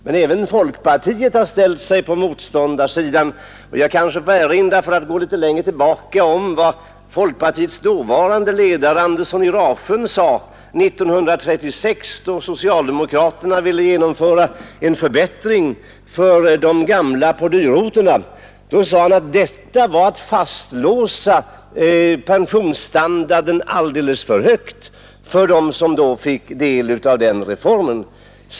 Men även folkpartiet har ställt sig på motståndarsidan. Jag kanske, för att gå litet längre tillbaka, får erinra om vad folkpartiets dåvarande ledare, Andersson i Rasjön, sade 1936, då socialdemokraterna ville genomföra en förbättring för de gamla på dyrorterna. Han sade att det var att fastlåsa pensionsstandarden alldeles för högt för dem som då fick del av den reformen.